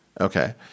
Okay